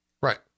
right